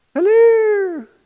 Hello